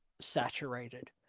saturated